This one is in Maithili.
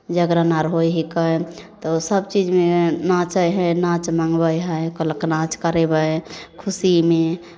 जागरण अर होइ हइ कऽ तऽ सभ चीजमे नाचै हइ नाच मङ्गबै हइ कहलक नाच करयबै खुशीमे